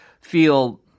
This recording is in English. feel